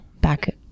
back